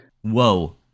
Whoa